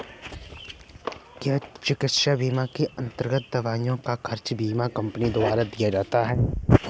क्या चिकित्सा बीमा के अन्तर्गत दवाइयों का खर्च बीमा कंपनियों द्वारा दिया जाता है?